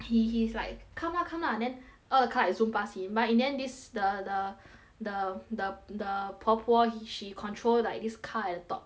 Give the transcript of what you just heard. he he's like come lah come lah then a car zoom pass him but in the end this the the the the the 婆婆 he~ she control like this car at the top